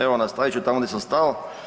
Evo nastavit ću tamo gdje sam stao.